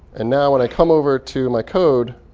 and now when i come over to my code,